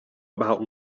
about